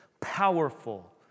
powerful